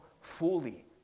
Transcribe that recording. fully